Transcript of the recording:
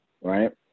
right